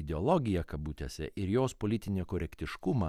ideologiją kabutėse ir jos politinį korektiškumą